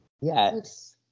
Yes